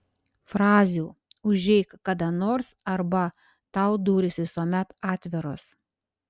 frazių užeik kada nors arba tau durys visuomet atviros